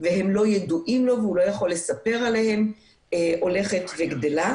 הראשונה אני ידעתי מאיפה נפתחה הרעה.